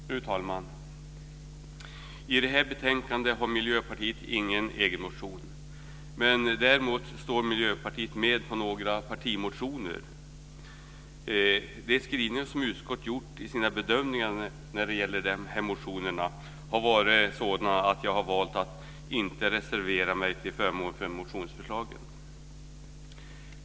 Fru talman! I det här betänkandet har Miljöpartiet ingen egen motion, men däremot är Miljöpartiet med i några flerpartimotioner. De skrivningar som utskottet har gjort i sina bedömningar av dessa motioner har varit sådana att jag har valt att inte reservera mig till förmån för motionsförslagen.